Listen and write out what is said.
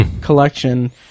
collection